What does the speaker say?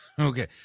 Okay